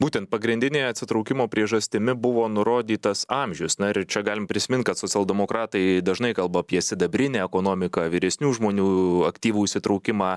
būtent pagrindine atsitraukimo priežastimi buvo nurodytas amžius na ir čia galim prisimint kad socialdemokratai dažnai kalba apie sidabrinę ekonomiką vyresnių žmonių aktyvų įsitraukimą